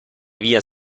via